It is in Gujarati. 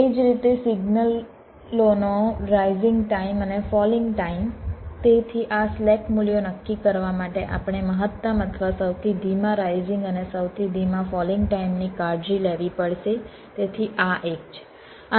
એ જ રીતે સિગ્નલો નો રાઈઝિંગ ટાઇમ અને ફોલિંગ ટાઇમ તેથી આ સ્લેક મૂલ્યો નક્કી કરવા માટે આપણે મહત્તમ અથવા સૌથી ધીમા રાઈઝિંગ અને સૌથી ધીમા ફોલિંગ ટાઇમની કાળજી લેવી પડશે તેથી આ એક છે